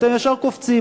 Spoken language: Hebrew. ואתם ישר קופצים.